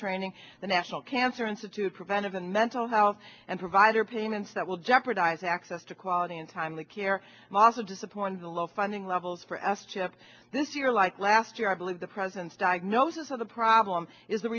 training the national cancer institute preventive and mental health and provider payments that will jeopardize access to quality and timely care so disappointing to low funding levels for s chip this year like last year i believe the president's diagnosis of the problem is the